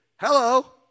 hello